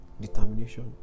determination